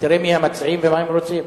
תראה מי המציעים ומה הם רוצים.